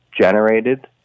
generated